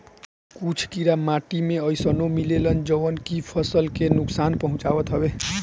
कुछ कीड़ा माटी में अइसनो मिलेलन जवन की फसल के नुकसान पहुँचावत हवे